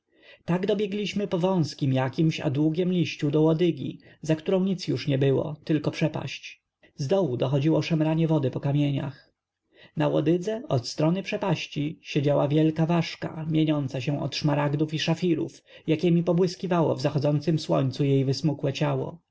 tak dobiegliśmy po wązkim jakimś a długim liściu do łodygi za którą nic już nie było tylko przepaść z dołu dochodziło szemranie wody po kamieniach na łodydze od strony przepaści siedziała wielka ważka mieniąca się od szmaragdów i szafirów jakiemi połyskiwało w zachodzącem słońcu jej wysmukłe ciało